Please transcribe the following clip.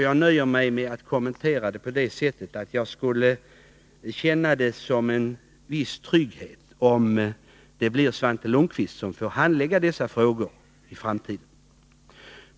Jag nöjer mig med att kommentera det på så sätt, att jag säger att jag skulle känna det som en viss trygghet, om det blir Svante Lundkvist som får handlägga dessa frågor i framtiden.